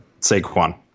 Saquon